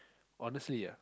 honestly ah